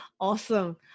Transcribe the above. awesome